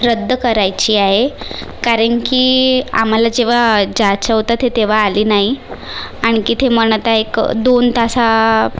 रद्द करायची आहे कारण की आम्हाला जेव्हा जायचं होतं ते तेव्हा आली नाही आणखी ते म्हणत आहे दोन तासा